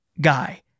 guy